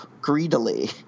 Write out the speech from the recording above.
greedily